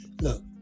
Look